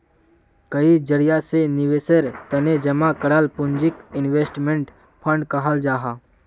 कई जरिया से निवेशेर तने जमा कराल पूंजीक इन्वेस्टमेंट फण्ड कहाल जाहां